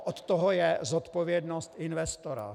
Od toho je zodpovědnost investora.